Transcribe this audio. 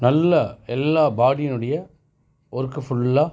நல்லா எல்லா பாடியினுடைய ஒர்க்கு ஃபுல்லாக